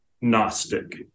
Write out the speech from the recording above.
gnostic